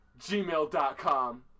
gmail.com